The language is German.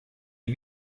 die